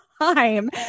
time